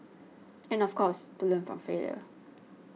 and of course to learn from failure